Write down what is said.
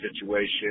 situation